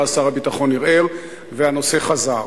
ואז שר הביטחון ערער והנושא חזר,